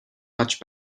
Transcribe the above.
much